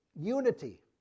Unity